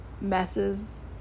messes